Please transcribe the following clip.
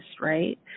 right